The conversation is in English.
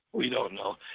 we don't know.